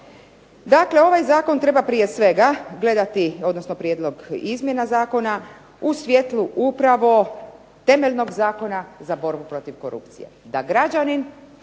Dakle, ovaj Zakon treba prije svega gledati, odnosno prijedlog izmjena zakona u svjetlu upravo temeljnog Zakona za borbu protiv korupcije, da građanin,